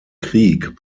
krieg